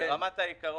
אני ארצה.